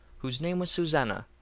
whose name was susanna,